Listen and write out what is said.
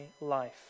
life